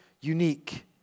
unique